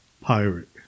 pirate